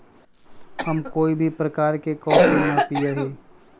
हम कोई भी प्रकार के कॉफी ना पीया ही